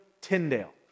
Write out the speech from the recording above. Tyndale